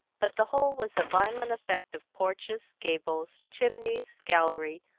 but the whole was a violent effect of porches, gables, chimneys, galleries,